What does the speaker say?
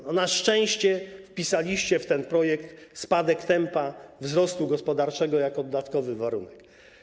Na szczęście wpisaliście w ten projekt spadek tempa wzrostu gospodarczego jako dodatkowy warunek.